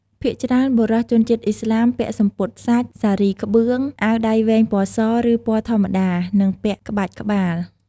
ភាគច្រើន បុរសជនជាតិឥស្លាមពាក់សំពត់សាច់ សារីក្បឿង អាវដៃវែងពណ៌ស ឬ ពណ៌ធម្មតា និងពាក់ក្បាច់ក្បាល។